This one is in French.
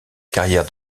carrière